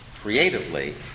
creatively